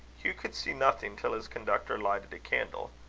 hugh could see nothing till his conductor lighted a candle.